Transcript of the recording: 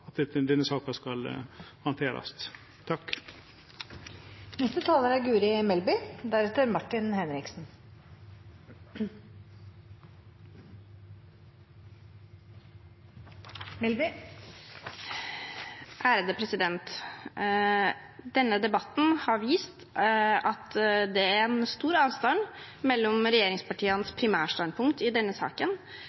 korleis denne saka bør handterast. Denne debatten har vist at det er stor avstand mellom